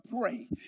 pray